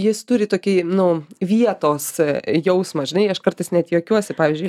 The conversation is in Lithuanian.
jis turi tokį nu vietos jausmą žinai aš kartais net juokiuosi pavyzdžiui